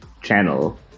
channel